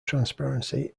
transparency